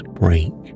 break